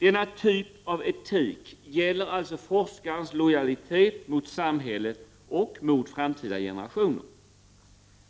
Denna typ av etik gäller alltså forskarens lojalitet mot samhället och mot framtida generationer.